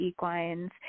Equines